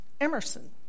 Emerson